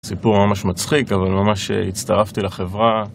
סיפור ממש מצחיק, אבל ממש הצטרפתי לחברה.